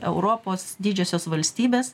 europos didžiosios valstybės